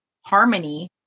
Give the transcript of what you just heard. harmony